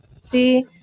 See